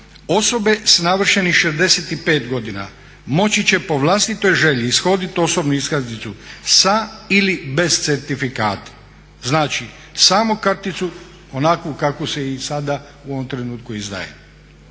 Osobe sa navršenih 65 godina moći će po vlastitoj želji ishoditi osobnu iskaznicu sa ili bez certifikata. Znači samo karticu onakvu kakvu se i sada u ovom trenutku izdaje.